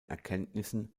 erkenntnissen